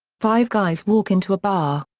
five guys walk into a bar,